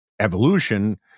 evolution